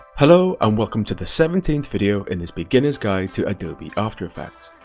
hello and welcome to the seventeenth video in this beginner's guide to adobe after effects.